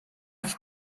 could